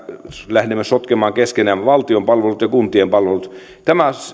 lähdemme sotkemaan keskenään valtion palvelut ja kuntien palvelut tämä